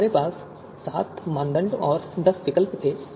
हमारे पास सात मानदंड और दस विकल्प थे